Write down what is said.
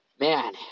man